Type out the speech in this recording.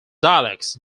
dialects